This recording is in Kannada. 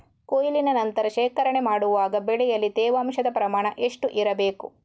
ಕೊಯ್ಲಿನ ನಂತರ ಶೇಖರಣೆ ಮಾಡುವಾಗ ಬೆಳೆಯಲ್ಲಿ ತೇವಾಂಶದ ಪ್ರಮಾಣ ಎಷ್ಟು ಇರಬೇಕು?